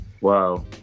Wow